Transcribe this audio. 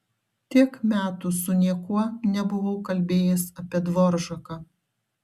tiek metų su niekuo nebuvau kalbėjęs apie dvoržaką